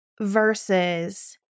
versus